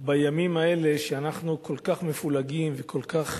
בימים האלה שאנחנו כל כך מפולגים וכל כך